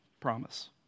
Promise